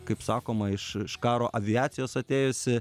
kaip sakoma iš iš karo aviacijos atėjusi